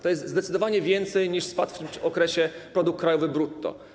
To jest zdecydowanie więcej, niż spadł w tym okresie produkt krajowy brutto.